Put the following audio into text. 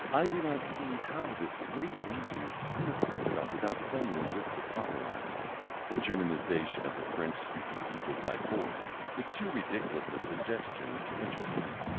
i do not see how this great region is to unify itself without some linguistic compromise the germanization of the french-speaking peoples by force is too ridiculous a suggestion to entertain.